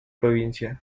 provincia